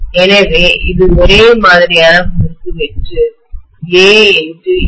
எனவே இது ஒரே மாதிரியான குறுக்கு வெட்டு A×l